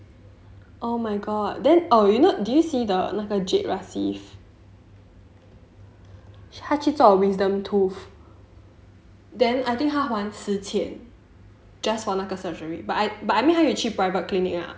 oh my god then oh you know did you see the 那个 jade rasif 他去做 wisdom tooth then I think 他还十千 just for 那个 surgery but I but I mean 他有去 private clinic ah